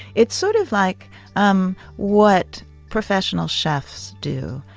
it's sort of like um what professional chefs do.